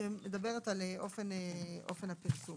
שמדברת על אופן הפרסום.